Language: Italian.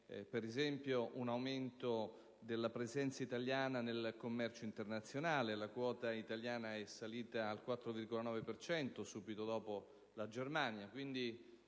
per esempio, un aumento della presenza italiana nel commercio internazionale. La quota italiana è salita a 4,9 per cento, subito dopo la Germania: